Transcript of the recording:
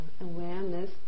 awareness